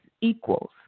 equals